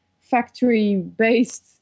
factory-based